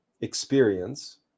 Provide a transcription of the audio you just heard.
experience